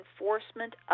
enforcement